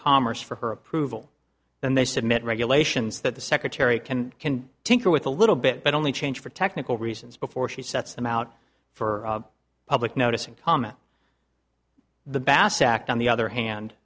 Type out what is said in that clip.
commerce for her approval and they submit regulations that the secretary can can tinker with a little bit but only change for technical reasons before she sets them out for public notice and comment the bass act on the other hand